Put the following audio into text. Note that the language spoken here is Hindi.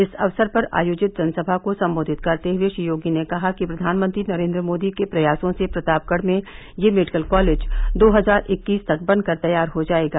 इस अवसर पर आयोजित जनसभा को संबोधित करते हुए श्री योगी ने कहा कि प्रधानमंत्री नरेन्द्र मोदी के प्रयासों से प्रतापगढ़ में यह मेडिकल कॉलेज दो हजार इक्कीस तक बनकर तैयार हो जायेगा